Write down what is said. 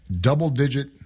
double-digit